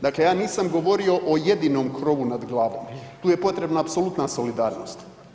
Dakle, ja nisam govorio o jedinom krovu nad glavom, tu je potrebno apsolutna solidarnost.